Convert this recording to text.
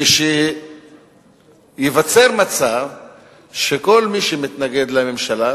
כך שייווצר מצב שכל מי שמתנגד לממשלה,